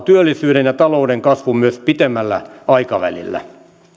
työllisyyden ja talouden kasvun myös pitemmällä aikavälillä